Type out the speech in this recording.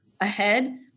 ahead